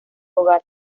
hogar